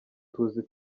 tuzi